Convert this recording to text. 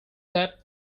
that